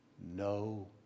no